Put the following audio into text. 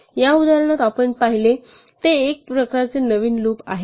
या उदाहरणात आपण जे पाहिले ते एक नवीन प्रकारचे लूप आहे